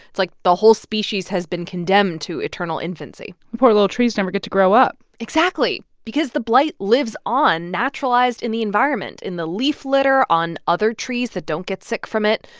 it's like the whole species has been condemned to eternal infancy the poor little trees never get to grow up exactly. because the blight lives on naturalized in the environment in the leaf litter, on other trees that don't get sick from it.